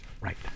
Right